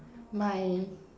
my